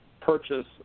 purchase